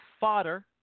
fodder